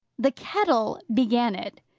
the kettle began it!